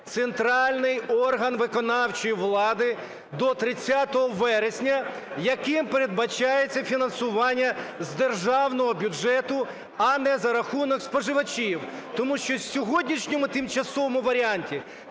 центральний орган виконавчої влади до 30 вересня, яким передбачається фінансування з державного бюджету, а не за рахунок споживачів. Тому що у сьогоднішньому тимчасовому варіанті